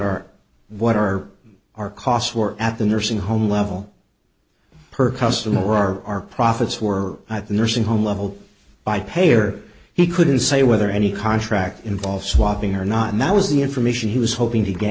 our what our our costs were at the nursing home level per customer or our profits were at the nursing home level by payer he couldn't say whether any contract involves swapping or not and that was the information he was hoping to get